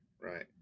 right